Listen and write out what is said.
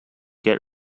get